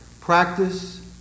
practice